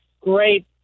Great